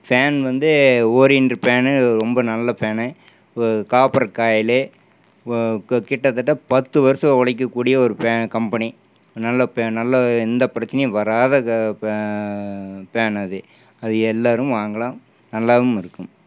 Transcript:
fan வந்து Orient ஃபேன்னு ரொம்ப நல்ல ஃபேன்னு காப்பர் காயிலு கிட்ட தட்ட பத்து வருஷம் உழைக்க கூடிய ஃபே கம்பெனி நல்ல பே நல்ல எந்த பிரச்சனையும் வராத பே ஃபேன்னு அது அது எல்லாரும் வாங்கலாம் நல்லாவும் இருக்கும்